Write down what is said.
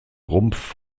rumpf